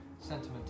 Sentiment